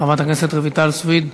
חברת הכנסת רויטל סויד,